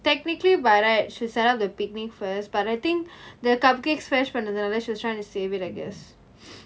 technically by right should set up the picnic first but I think the cupcakes smashed போனது நாலா :panathu naala she was trying to save it I guess